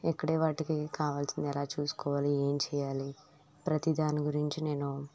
ఇక్కడే వాటికి కావాల్సినవి ఎలా చూసుకోవాలి ఎం చేయాలి ప్రతీదాన్నీ గురించి నేను